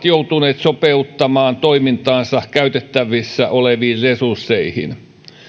joutuneet sopeuttamaan toimintaansa käytettävissä oleviin resursseihin